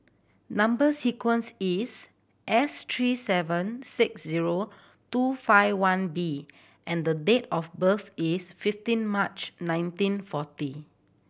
number sequence is S three seven six zero two five one B and the date of birth is fifteen March nineteen forty